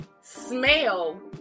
smell